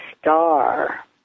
star